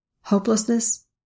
hopelessness